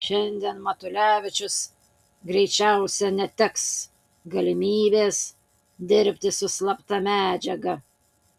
šiandien matulevičius greičiausiai neteks galimybės dirbti su slapta medžiaga